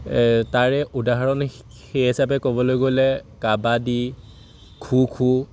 তাৰে উদাহৰণ সেই হিচাপে ক'বলৈ গ'লে কাবাদী খো খো